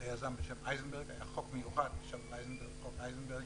בשם אייזנברג, היה חוק מיוחד בשם חוק אייזנברג,